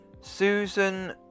Susan